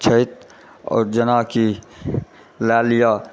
छथि आओर जेना कि लए लिअ